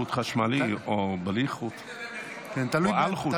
חוט חשמלי או בלי חוט או אלחוט.